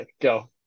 Go